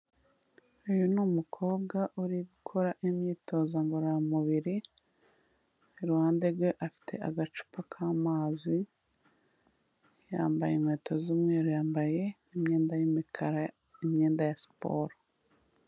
Uyu ni umukobwa uri gukora imyitozo ngororamubiri, iruhande rwe afite agacupa k'amazi, yambaye inkweto z'umweru, yambaye imyenda y'imikara n'imyenda ya siporo.